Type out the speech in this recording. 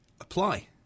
apply